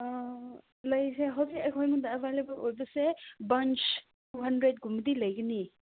ꯑꯥ ꯂꯩꯁꯦ ꯍꯧꯖꯤꯛ ꯑꯩꯈꯣꯏꯗ ꯑꯦꯕꯥꯏꯂꯦꯕꯜ ꯑꯣꯏꯕꯁꯦ ꯕꯟꯁ ꯇꯨ ꯍꯟꯗ꯭ꯔꯦꯗ ꯀꯨꯝꯕꯗꯤ ꯂꯩꯒꯅꯤ